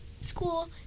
school